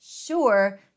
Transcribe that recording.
sure